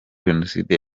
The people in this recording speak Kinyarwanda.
jenoside